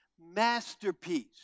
masterpiece